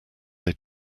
aid